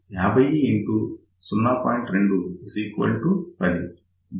Zout 10 Ω అవుతుంది